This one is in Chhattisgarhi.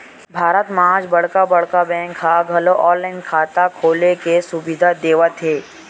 भारत म आज बड़का बड़का बेंक ह घलो ऑनलाईन खाता खोले के सुबिधा देवत हे